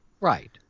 right